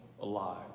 alive